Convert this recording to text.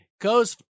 goes